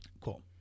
Cool